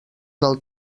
del